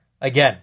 again